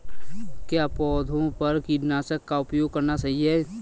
क्या पौधों पर कीटनाशक का उपयोग करना सही है?